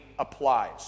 applies